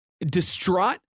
distraught